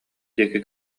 диэки